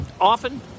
often